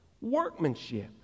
workmanship